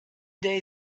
day